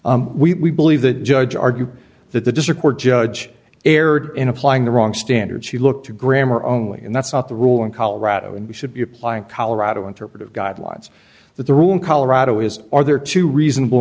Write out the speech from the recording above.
we believe the judge argued that the district court judge erred in applying the wrong standard she looked to grammar only and that's not the rule in colorado and we should be applying colorado interpretive guidelines that the rule in colorado is or there are two reasonable